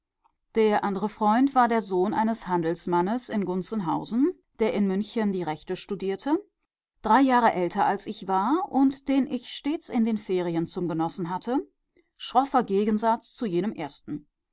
der andere freund war der sohn eines handelsmannes in gunzenhausen der in münchen die rechte studierte drei jahre älter als ich war und den ich stets in den ferien zum genossen hatte schroffer gegensatz zu jenem ersten